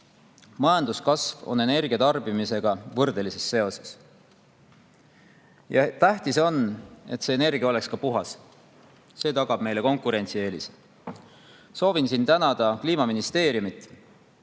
Majanduskasv on energia tarbimisega võrdelises seoses. Tähtis on, et see energia oleks ka puhas, kuna see tagab meile konkurentsieelise. Soovin siin tänada Kliimaministeeriumit,